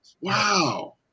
Wow